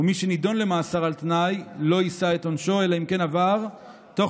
ומי שנידון למאסר על תנאי לא יישא את עונשו אלא אם כן עבר תוך